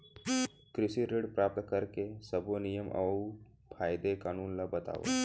कृषि ऋण प्राप्त करेके सब्बो नियम अऊ कायदे कानून ला बतावव?